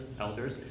elders